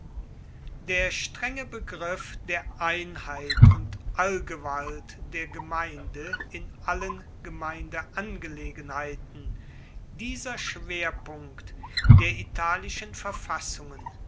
der strenge begriff der einheit und allgewalt der gemeinde in allen gemeindeangelegenheiten dieser schwerpunkt der italischen verfassungen